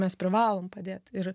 mes privalom padėt ir